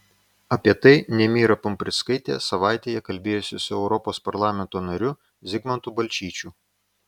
apie tai nemira pumprickaitė savaitėje kalbėjosi su europos parlamento nariu zigmantu balčyčiu